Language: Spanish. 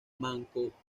mancomunidad